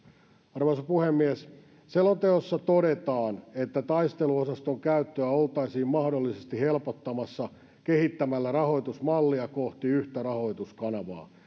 arvoisa puhemies selonteossa todetaan että taisteluosaston käyttöä oltaisiin mahdollisesti helpottamassa kehittämällä rahoitusmallia kohti yhtä rahoituskanavaa